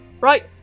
Right